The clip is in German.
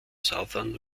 southern